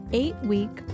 eight-week